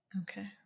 Okay